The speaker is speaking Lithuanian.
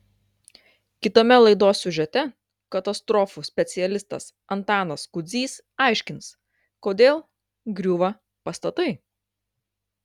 kitame laidos siužete katastrofų specialistas antanas kudzys aiškins kodėl griūva pastatai